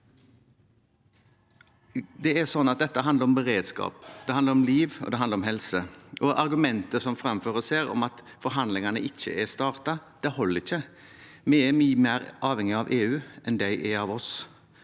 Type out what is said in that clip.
det handler om liv og helse. Argumentet som framføres her om at forhandlingene ikke har startet, holder ikke. Vi er mye mer avhengig av EU enn de er av oss.